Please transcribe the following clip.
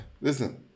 Listen